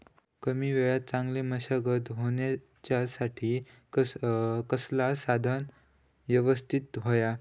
कमी वेळात चांगली मशागत होऊच्यासाठी कसला साधन यवस्तित होया?